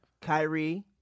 Kyrie